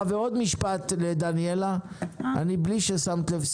ועוד משפט לדניאלה בלי ששמת לב,